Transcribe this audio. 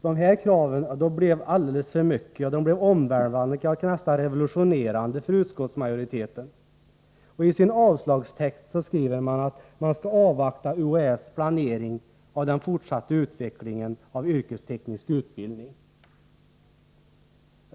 Dessa krav blev alldeles för mycket, omvälvande, ja, nästan revolutionerande för utskottsmajoriteten. I sin avslagstext skriver den att man skall avvakta UHÄ:s planering av den fortsatta utvecklingen av yrkesteknisk utbildning.